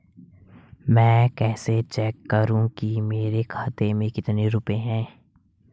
मैं कैसे चेक करूं कि मेरे खाते में कितने रुपए हैं?